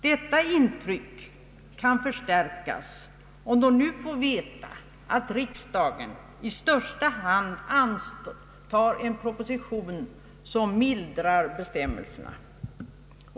Detta intryck kan förstärkas om de nu får veta att riksdagen i största hast antar en proposition, som mildrar bestämmelserna.